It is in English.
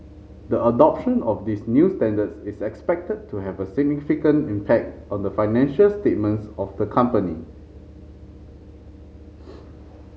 the adoption of these new standards is expected to have a significant impact on the financial statements of the company